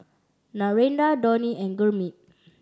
Narendra Dhoni and Gurmeet